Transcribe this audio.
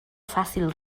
fàcil